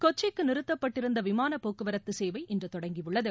கொச்சிக்கு நிறுத்தப்பட்டிருந்த விமான போக்குவரத்து சேவை இன்று தொடங்கியுள்ளது